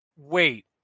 Wait